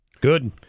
Good